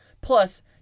Plus